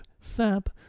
sap